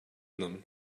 them